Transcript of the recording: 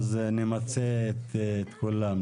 אז נמצה את כולם,